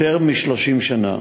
יותר מ-30 שנה,